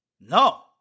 no